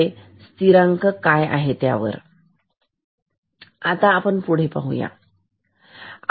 आणि आपल्याला स्थिरांक K हा माहीत असो वा नसो आता लगेच आपण हे पाहूया कसे करायचे